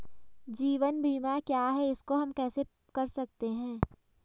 जीवन बीमा क्या है इसको हम कैसे कर सकते हैं?